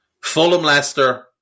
Fulham-Leicester